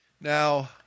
Now